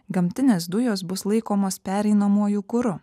gamtinės dujos bus laikomos pereinamuoju kuru